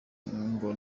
ngo